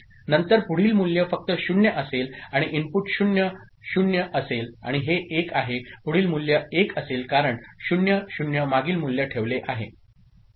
नंतर पुढील मूल्य फक्त 0 असेल आणि इनपुट 0 0 असेल आणि हे 1 आहे पुढील मूल्य 1 असेल कारण 0 0 मागील मूल्य ठेवले आहे ठीक